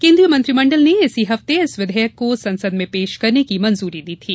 केन्द्रीय मंत्रिमंडल ने इसी हफ्ते इस विधेयक को संसद में पेश करने की मंजूरी दी थी